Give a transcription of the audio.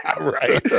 Right